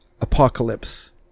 apocalypse